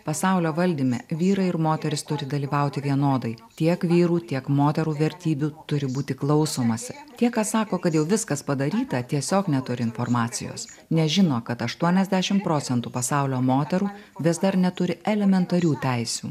pasaulio valdyme vyrai ir moterys turi dalyvauti vienodai tiek vyrų tiek moterų vertybių turi būti klausomasi tie kas sako kad jau viskas padaryta tiesiog neturi informacijos nežino kad aštuoniasdešimt procentų pasaulio moterų vis dar neturi elementarių teisių